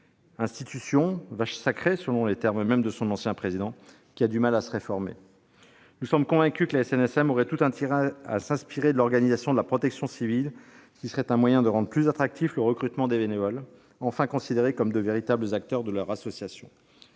institution, et même « vache sacrée », selon les termes mêmes de son ancien président, qui peine à se réformer. Nous en sommes convaincus : la SNSM aurait tout intérêt à s'inspirer de l'organisation de la protection civile. Ce serait là un moyen de rendre plus attractif le recrutement des bénévoles, enfin considérés comme de véritables acteurs de leur association.